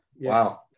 Wow